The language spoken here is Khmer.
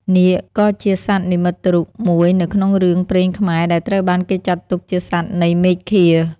នាគក៏ជាសត្វនិមិត្តរូបមួយនៅក្នុងរឿងព្រេងខ្មែរដែលត្រូវបានគេចាត់ទុកជាសត្វនៃមេឃា។